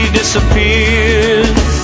disappears